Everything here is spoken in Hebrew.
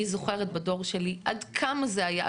אני זוכרת בדור שלי עד כמה זה היה.